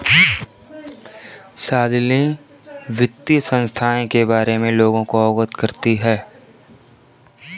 शालिनी वित्तीय संस्थाएं के बारे में लोगों को अवगत करती है